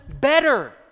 better